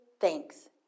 thanks